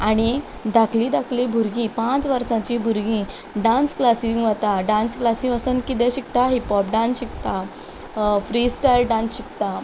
दाखलीं दाखलीं भुरगीं पांच वर्सांची भुरगीं डांस क्लासीक वता डांस क्लासी वचून कितें शिकता हिपहॉप डांस शिकता फ्री स्टायल डांस शिकता